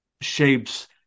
shapes